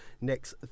next